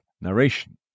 narration